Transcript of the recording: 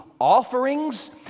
offerings